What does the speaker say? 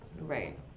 Right